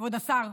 כבוד השר,